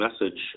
message